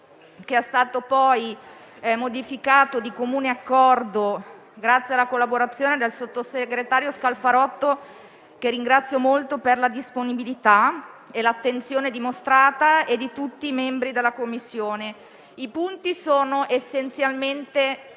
è stato modificato di comune accordo, grazie alla collaborazione del sottosegretario Scalfarotto, che ringrazio molto per la disponibilità e l'attenzione dimostrata, e di tutti i membri della Commissione. I punti fondamentali